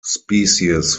species